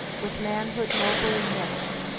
with manhood nobly mixed,